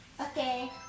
Okay